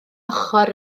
ochr